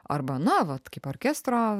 arba na vat kaip orkestro